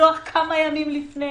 לשלוח כמה ימים לפני,